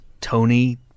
Tony